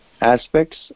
aspects